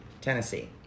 Tennessee